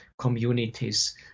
communities